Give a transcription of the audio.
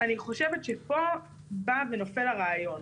אני חושבת שפה בא ונופל הרעיון.